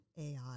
AI